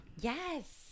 Yes